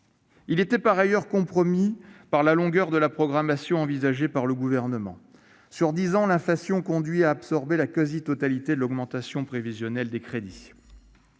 Il était par ailleurs compromis par la longueur de la programmation envisagée par le Gouvernement. Sur dix ans, l'inflation conduit à absorber la quasi-totalité de l'augmentation prévisionnelle des crédits.